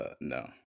No